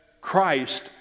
Christ